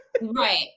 Right